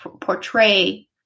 portray